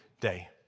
day